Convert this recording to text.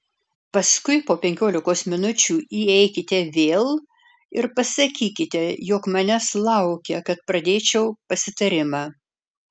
paskui po penkiolikos minučių įeikite vėl ir pasakykite jog manęs laukia kad pradėčiau pasitarimą